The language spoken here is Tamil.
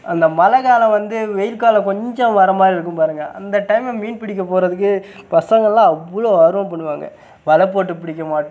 அந்த மழை காலம் வந்து வெயில் காலம் கொஞ்சம் வர மாதிரி இருக்கும் பாருங்கள் அந்த டைமில் மீன் பிடிக்கப் போகிறதுக்கு பசங்கள்லாம் அவ்வளோ ஆர்வம் பண்ணுவாங்க வலை போட்டுப் பிடிக்க